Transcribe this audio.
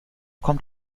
kommt